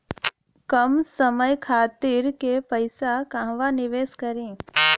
कम समय खातिर के पैसा कहवा निवेश करि?